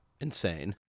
insane